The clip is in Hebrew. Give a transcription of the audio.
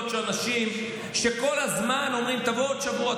של אנשים שכל הזמן אומרים: תבוא בעוד שבוע,